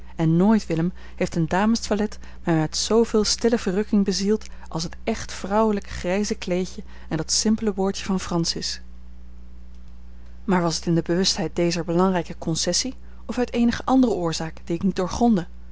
en nooit willem heeft een damestoilet mij met zooveel stille verrukking bezield als het echt vrouwelijk grijze kleedje en dat simpele boordje van francis maar was het in de bewustheid dezer belangrijke concessie of uit eenige andere oorzaak die ik niet doorgrondde